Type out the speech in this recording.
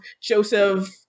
joseph